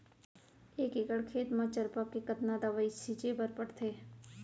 एक एकड़ खेत म चरपा के कतना दवई छिंचे बर पड़थे?